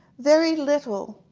very little.